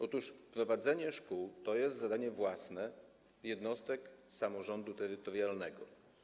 Otóż prowadzenie szkół to jest zadanie własne jednostek samorządu terytorialnego.